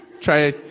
Try